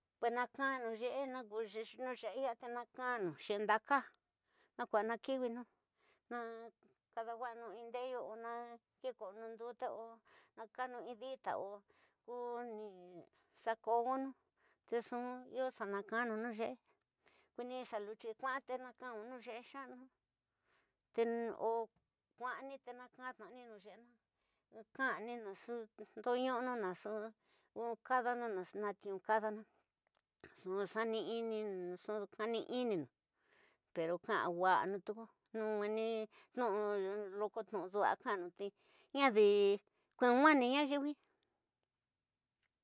Pues naka'anu yee, naka ñuye xe yaa ña kaiñanu xi ndaka ña kua ña kiwinu nxu kadawaxanu ndeyu o ña ki kosonu ndute, o nakanu ndidita o ñi xa könu- nu te nxu iyo xa nakanu ñu yeñe, kuini xa luyi. Kuya xa nakanu ñu yeñe nxaguña o kuiñani te ña kani ñu yeñe ña kagani nxu nduniñuna, nxu kadanu, ña tiyi kadanu nxu xanininu, pero ñaa wañanu tuku no ñueni tinuñu loko tinuñu dua kanu te ñadi kunguani ña yiwi